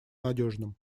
надежным